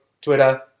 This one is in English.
Twitter